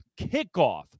kickoff